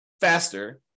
faster